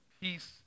peace